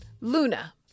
Luna